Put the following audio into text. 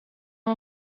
dan